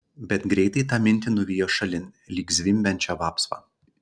bet greitai tą mintį nuvijo šalin lyg zvimbiančią vapsvą